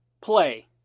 Play